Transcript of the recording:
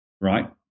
right